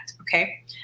Okay